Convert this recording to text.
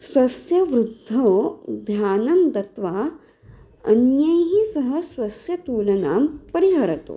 स्वस्यवृद्धौ ध्यानं दत्वा अन्यैः सह स्वस्य तुलनां परिहरतु